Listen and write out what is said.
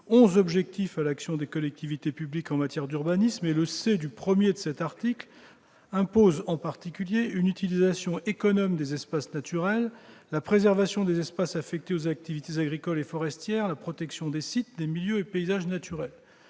objectifs à l'action des collectivités publiques en matière d'urbanisme. Le du 1° de cet article impose, en particulier, « une utilisation économe des espaces naturels, la préservation des espaces affectés aux activités agricoles et forestières et la protection des sites, des milieux et paysages naturels